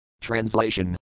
Translation